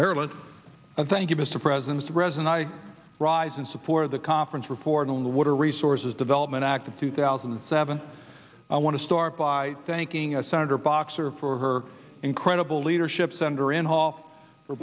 maryland thank you mr president resident i rise in support of the conference report on the water resources development act of two thousand and seven i want to start by thanking a starter boxer for her incredible leadership sunder in hall for